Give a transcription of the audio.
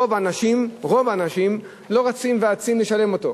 רוב האנשים לא אצים רצים לשלם אותו,